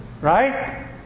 Right